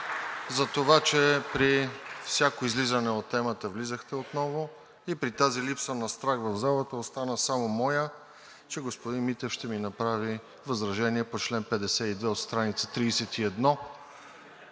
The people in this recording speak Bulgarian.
за това, че при всяко излизане от темата влизахте отново и при тази липса на страх в залата остана само моят, че господин Митев ще ми направи възражение по чл. 52 от страница 31.